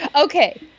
okay